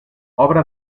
obra